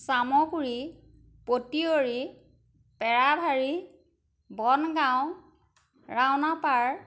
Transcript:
Chamaguri Patiari Perabhari Bongaon Raona পাৰ